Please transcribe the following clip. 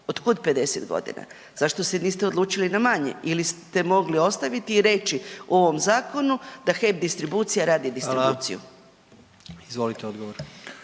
Od kud 50 godina? Zašto se niste odlučili na manje ili ste mogli ostaviti i reći u ovom zakonu da HEP distribucija radi distribuciju. **Jandroković,